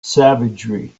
savagery